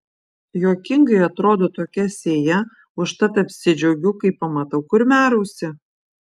juokingai atrodo tokia sėja užtat apsidžiaugiu kai pamatau kurmiarausį